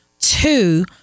Two